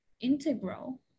integral